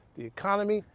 the economy,